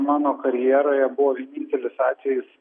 mano karjeroje buvo vienintelis atvejis